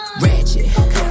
ratchet